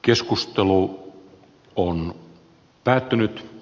keskustelu on päättynyt